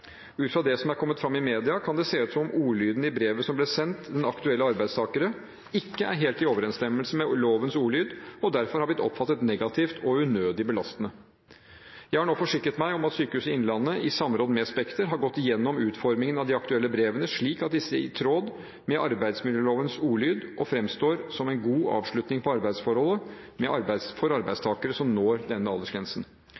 Ut fra det som er kommet fram i media, kan det se ut som ordlyden i brevet som ble sendt de aktuelle arbeidstakere, ikke er helt i overensstemmelse med lovens ordlyd, og derfor har blitt oppfattet negativt og unødig belastende. Jeg har nå forsikret meg om at Sykehuset Innlandet, i samråd med Spekter, har gått igjennom utformingen av de aktuelle brevene, slik at disse er i tråd med arbeidsmiljølovens ordlyd og fremstår som en god avslutning på arbeidsforholdet